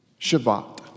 Shabbat